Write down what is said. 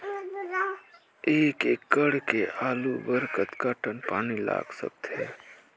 एक एकड़ के आलू बर कतका टन पानी लाग सकथे?